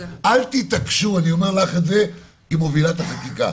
אל תתעקשו, ואני אומר לך את זה כמובילת החקיקה.